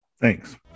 Thanks